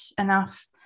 enough